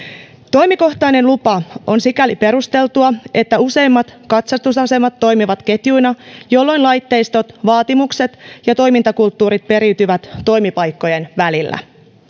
toimijakohtainen lupa on sikäli perusteltu että useimmat katsastusasemat toimivat ketjuina jolloin laitteistot vaatimukset ja toimintakulttuurit periytyvät toimipaikkojen välillä